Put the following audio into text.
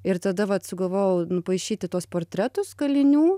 ir tada vat sugalvojau nupaišyti tuos portretus kalinių